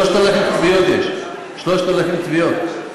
3,000 תביעות יש, 3,000 תביעות.